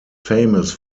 famous